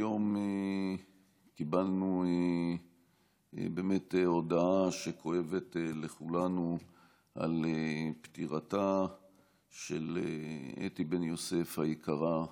היום קיבלנו הודעה שכואבת לכולנו על פטירתה של אתי בן יוסף היקרה,